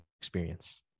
experience